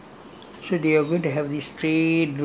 there's nobody living around that area [what]